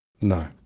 no